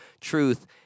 truth